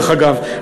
אגב,